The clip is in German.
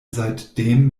seitdem